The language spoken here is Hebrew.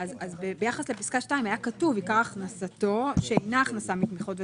ביחס לפסקה (2) היה כתוב "עיקר הכנסתו שאינה הכנסה מתמיכות ותרומות".